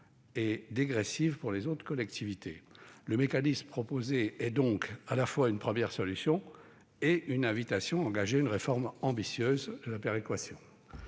et dégressive pour les autres collectivités. Le mécanisme proposé est donc à la fois une première solution et une invitation à engager une réforme ambitieuse de la péréquation.